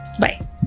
Bye